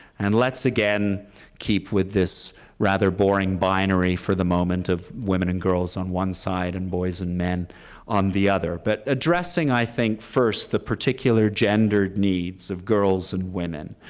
and let's again keep with this rather boring binary for the moment of women and girls on side and boys and men on the other, but addressing, i think, first the particular gendered needs of girls and women.